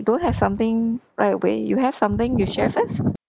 don't have something right away you have something you share first